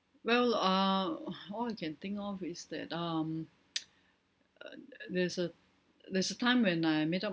well err all I can think of is that um uh uh there's a there's a time when I met up